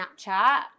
Snapchat